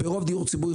ברוב דיור ציבורי,